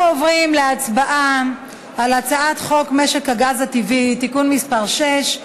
אנחנו עוברים להצבעה על הצעת חוק משק הגז הטבעי (תיקון מס' 6),